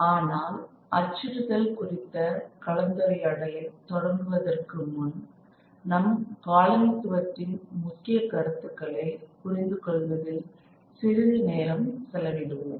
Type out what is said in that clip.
ஆனால் அச்சிடுதல் குறித்த கலந்துரையாடலை தொடங்குவதற்கு முன் நம் காலனித்துவத்தின் முக்கிய கருத்துக்களை புரிந்து கொள்வதில் சிறிது நேரம் செலவிடுவோம்